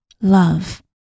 love